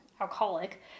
alcoholic